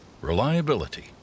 reliability